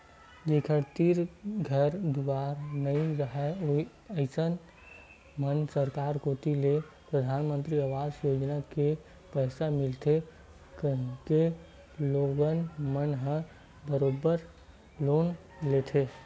जेखर तीर घर दुवार नइ राहय अइसन म सरकार कोती ले परधानमंतरी अवास योजना ले पइसा मिलथे कहिके लोगन मन ह बरोबर लोन लेथे